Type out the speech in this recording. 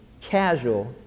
casual